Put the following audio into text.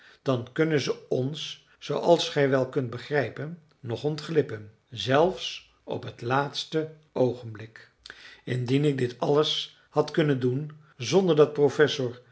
dan kunnen ze ons zooals gij wel kunt begrijpen nog ontglippen zelfs op het laatste oogenblik indien ik dit alles had kunnen doen zonder dat professor